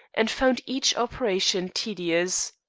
and found each operation tedious.